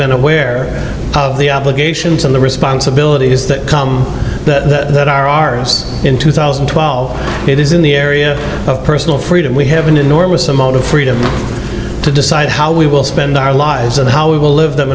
been aware of the obligations on the responsibilities that come that are ours in two thousand and twelve it is in the area of personal freedom we have an enormous amount of freedom to decide how we will spend our lives and how we will live them